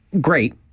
great